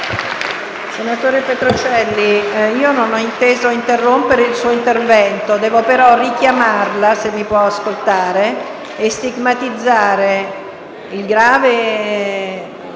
Senatore Petrocelli, non ho inteso interrompere il suo intervento, ma devo richiamarla, se mi può ascoltare, per stigmatizzare la gravità